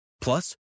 Plus